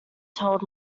told